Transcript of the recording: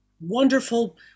wonderful